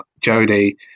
Jody